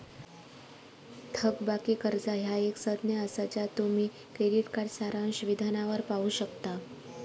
थकबाकी कर्जा ह्या एक संज्ञा असा ज्या तुम्ही क्रेडिट कार्ड सारांश विधानावर पाहू शकता